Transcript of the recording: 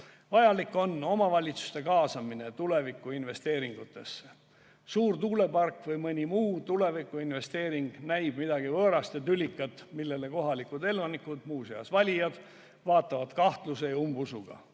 kaasata omavalitsused tulevikuinvesteeringutesse. Suur tuulepark või mõni muu tulevikuinvesteering näib midagi võõrast ja tülikat, millele kohalikud elanikud, muuseas valijad, vaatavad kahtluse ja umbusuga.